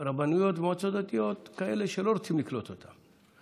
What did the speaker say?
רבנויות ומועצות דתיות כאלה שלא רוצות לקלוט אותם.